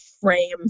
frame